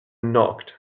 knocked